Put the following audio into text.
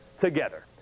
together